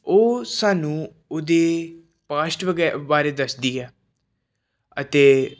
ਉਹ ਸਾਨੂੰ ਉਹਦੇ ਪਾਸਟ ਵਗੈ ਬਾਰੇ ਦੱਸਦੀ ਹੈ ਅਤੇ